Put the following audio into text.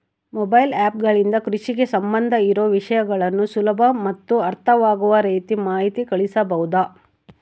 Mobile app ಗಳಿಂದ ಕೃಷಿಗೆ ಸಂಬಂಧ ಇರೊ ವಿಷಯಗಳನ್ನು ಸುಲಭ ಮತ್ತು ಅರ್ಥವಾಗುವ ರೇತಿ ಮಾಹಿತಿ ಕಳಿಸಬಹುದಾ?